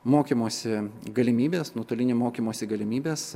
mokymosi galimybes nuotolinio mokymosi galimybes